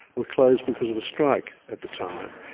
were closed because of a strike at the time,